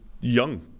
young